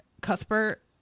Cuthbert